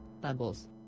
Bubbles